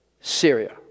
Syria